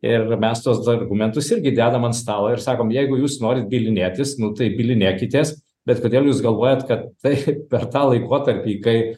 ir mes tuos du argumentus irgi dedam ant stalo ir sakom jeigu jūs norit bylinėtis nu tai bylinėkitės bet kodėl jūs galvojat kad kaip per tą laikotarpį kai